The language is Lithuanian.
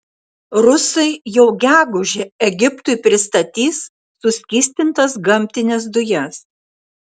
rusai jau gegužę egiptui pristatys suskystintas gamtines dujas